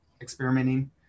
experimenting